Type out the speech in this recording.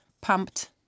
pumped